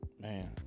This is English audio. Man